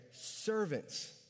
servants